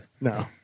No